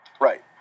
Right